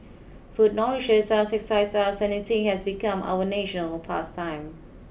food nourishes us excites us and eating has become our national past time